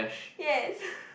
yes